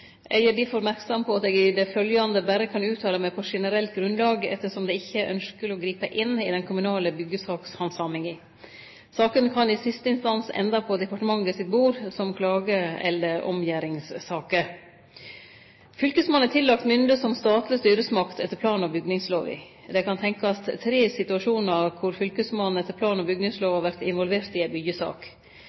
er til behandling i Ringsaker kommune. Eg gjer derfor merksam på at eg i det følgjande berre kan uttale meg på generelt grunnlag, ettersom det ikkje er ønskjeleg å gripe inn i den kommunale byggjesakshandsaminga. Sakene kan i siste instans ende på departementet sitt bord som klage- eller omgjeringssaker. Fylkesmannen er tillagd mynde som statleg styresmakt etter plan- og bygningslova. Det kan tenkjast tre situasjonar der fylkesmannen etter plan- og bygningslova vert involvert i